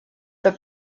the